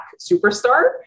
superstar